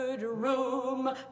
room